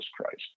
Christ